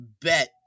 Bet